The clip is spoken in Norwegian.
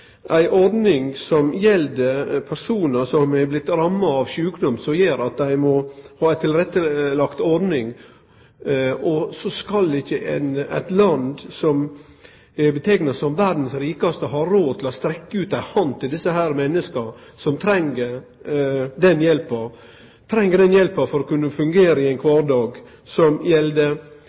ei tilrettelagd ordning, og så skal ikkje eit land som er kalla verdas rikaste, ha råd til å strekkje ut ei hand til desse menneska, som treng den hjelpa for å kunne fungere i kvardagen. Det gjeld hjelp til ein sjølv, det gjeld hjelp til barna, det handlar om ein aktiv kvardag,